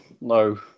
no